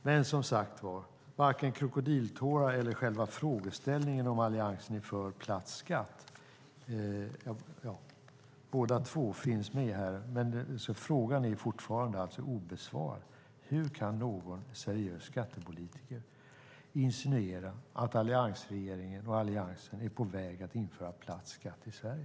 Här finns både krokodiltårar och själva frågeställningen om Alliansen är för platt skatt, men frågan är fortfarande obesvarad: Hur kan någon seriös skattepolitiker insinuera att alliansregeringen och Alliansen är på väg att införa en platt skatt i Sverige?